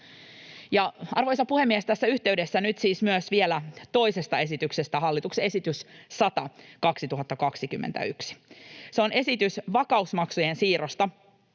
Arvoisa puhemies! Tässä yhteydessä nyt siis myös vielä toisesta esityksestä, hallituksen esityksestä 100/2021. Se on esitys vakausmaksujen siirrosta